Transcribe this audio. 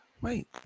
wait